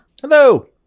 Hello